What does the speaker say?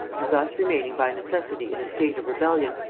and thus remaining by necessity in a state of rebellion,